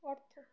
অর্থ